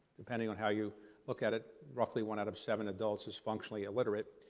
depending on how you look at it. roughly one out of seven adults is functionally illiterate.